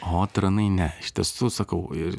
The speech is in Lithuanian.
o tranai ne iš tiesų sakau ir